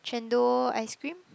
Chendol ice cream